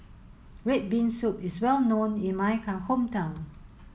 red bean soup is well known in my hometown